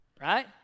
right